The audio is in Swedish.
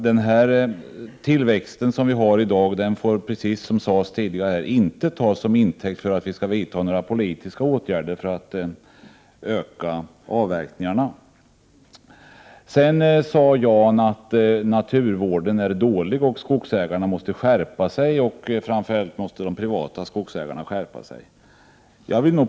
Den tillväxt som vi har i dag får inte, som det sagts tidigare i debatten, tas till intäkt för politiska åtgärder för att öka avverkningarna. Jan Fransson sade att naturvården är dålig och att skogsägarna, framför allt de privata, måste skärpa sig.